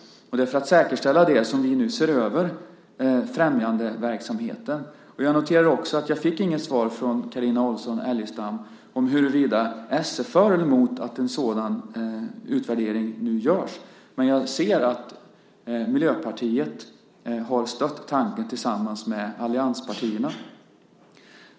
Det är för att säkerställa det som vi nu ser över främjandeverksamheten. Jag noterar också att jag inte fick något svar från Carina Adolfsson Elgestam om huruvida s är för eller emot att en sådan utvärdering nu görs. Men jag ser att Miljöpartiet har stött tanken tillsammans med allianspartierna.